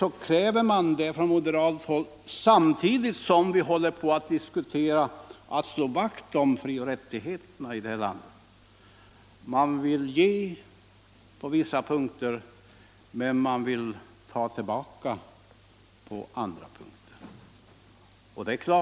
Och när vi för diskussionen om att slå vakt om frioch rättigheterna i det här landet vill man från moderat håll ge på vissa punkter, men man vill samtidigt ta tillbaka på andra punkter.